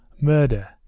Murder